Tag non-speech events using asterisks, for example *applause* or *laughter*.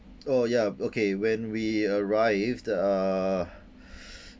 oh ya okay when we arrived uh *breath*